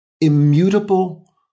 immutable